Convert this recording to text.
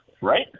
right